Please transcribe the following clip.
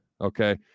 Okay